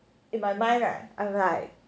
in my mind right I will like